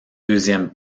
deuxième